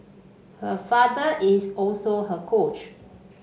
her father is also her coach